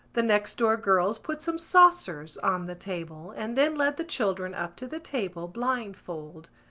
the next-door girls put some saucers on the table and then led the children up to the table, blindfold.